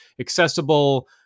accessible